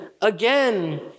again